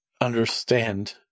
understand